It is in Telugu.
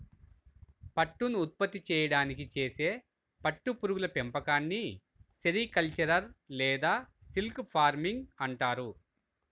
పట్టును ఉత్పత్తి చేయడానికి చేసే పట్టు పురుగుల పెంపకాన్ని సెరికల్చర్ లేదా సిల్క్ ఫార్మింగ్ అంటారు